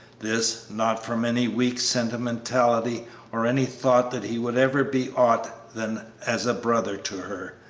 this, not from any weak sentimentality or any thought that he would ever be aught than as a brother to her,